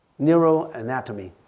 neuroanatomy